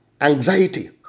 anxiety